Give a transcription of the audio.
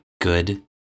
good